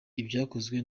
ibyakozwe